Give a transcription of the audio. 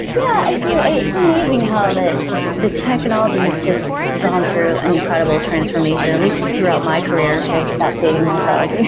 yeah, i do. it's amazing how the the technology has just gone through an incredible transformation, at least throughout my career, so without dating myself.